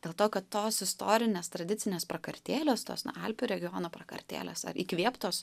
dėl to kad tos istorinės tradicinės prakartėlės tos na alpių regiono prakartėlės ar įkvėptos